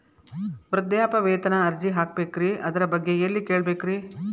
ವೃದ್ಧಾಪ್ಯವೇತನ ಅರ್ಜಿ ಹಾಕಬೇಕ್ರಿ ಅದರ ಬಗ್ಗೆ ಎಲ್ಲಿ ಕೇಳಬೇಕ್ರಿ?